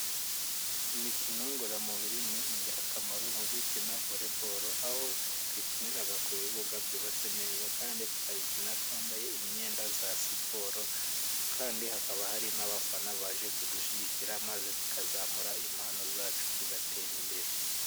Imikino ngororamubiri ni ingirakamaro nko gukina volebolo , aho dukinira ku bibuga byubatse neza kandi tukayikina twambaye imyenda ya siporo ,kandi hakaba hari n'abafana baje kudushyigikira maze tukazamura impano zacu tugatera imbere.